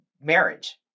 marriage